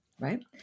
right